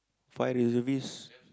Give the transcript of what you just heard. five reservist